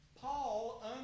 Paul